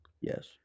Yes